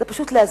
זה פשוט להזכיר.